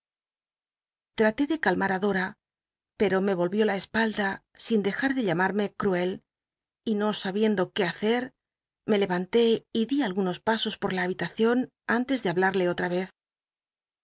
até de dora pero me volvió la espalda sin dejar de llama rme cruel y no sabien do qué hacer me levanté y dí algunos pasos por la habitacion antes de hablarle otra vez